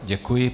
Děkuji.